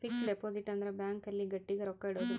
fix deposit ಅಂದ್ರ bank ಅಲ್ಲಿ ಗಟ್ಟಿಗ ರೊಕ್ಕ ಇಡೋದು